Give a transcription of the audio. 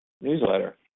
newsletter